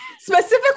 Specifically